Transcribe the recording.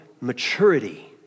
maturity